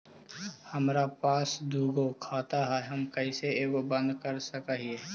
हमरा पास दु गो खाता हैं, हम कैसे एगो के बंद कर सक हिय?